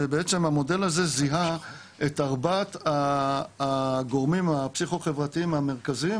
ובעצם המודל הזה זיהה את ארבעת הגורמים הפסיכו-חברתיים המרכזיים